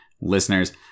listeners